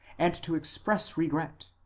and to express regret,